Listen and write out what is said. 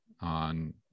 on